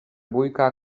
bójka